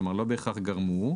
כלומר, לא בהכרח גרמו.